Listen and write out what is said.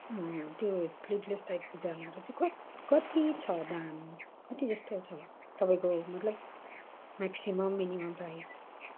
त्यो three dress टाइपको जामाहरू चाहिँ कत कति छ दाम कति जस्तो छ तपाईँको मतलब म्याक्सिमम् मिनिमम् प्राइस